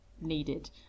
needed